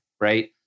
right